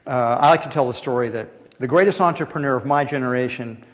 i like to tell the story that the greatest entrepreneur of my generation,